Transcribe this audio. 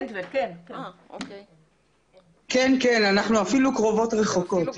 כן, כן אנחנו אפילו קרובות רחוקות.